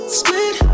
split